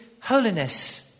holiness